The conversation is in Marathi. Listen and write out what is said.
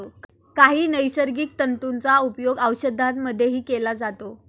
काही नैसर्गिक तंतूंचा उपयोग औषधांमध्येही केला जातो